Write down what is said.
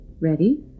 Ready